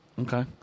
Okay